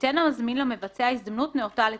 ייתן המזמין למבצע הזדמנות נאותה לתקנה,